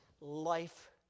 life